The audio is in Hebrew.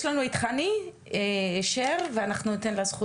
יש לנו את חני שר ואנחנו ניתן לה זכות